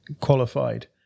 qualified